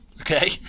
Okay